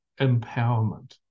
empowerment